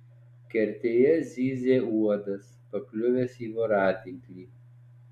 kertėje zyzė uodas pakliuvęs į voratinklį